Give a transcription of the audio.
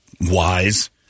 wise